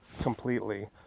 completely